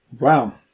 Wow